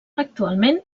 actualment